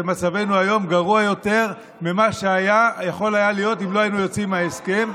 ומצבנו היום גרוע יותר ממה שיכול היה להיות אם לא היינו יוצאים מההסכם,